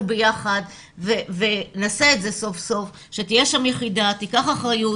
ביחד אבל נעשה את זה כדי שתהיה שם יחידה שתיקח אחריות